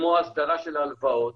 כמו הסדרה של הלוואות,